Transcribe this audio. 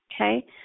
okay